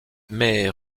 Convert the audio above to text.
mais